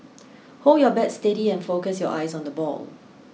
hold your bat steady and focus your eyes on the ball